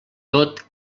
tot